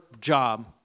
job